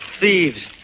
thieves